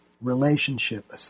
relationship